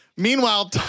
Meanwhile